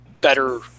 better